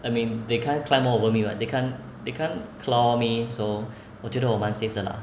I mean they can't climb over me [what] they can't they can't claw me so 我觉得我蛮 safe 的啦